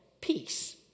Peace